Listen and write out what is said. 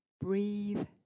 breathe